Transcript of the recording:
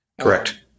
Correct